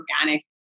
organic